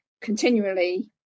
continually